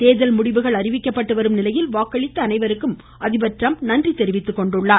தேர்தல் முடிவுகள் அறிவிக்கப்பட்டு வரும் நிலையில் வாக்களித்த அனைவருக்கும் அதிபர் ட்ரம்ப் நன்றி தெரிவித்திருக்கிறார்